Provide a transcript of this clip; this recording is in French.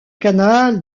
canal